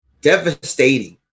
devastating